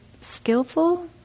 skillful